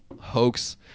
hoax